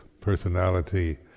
personality